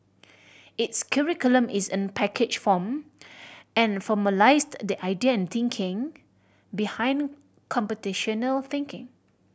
its curriculum is in a packaged form and formalised the idea and thinking behind computational thinking